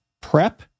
Prep